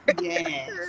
Yes